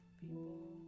people